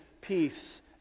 peace